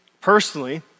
personally